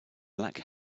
black